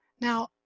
Now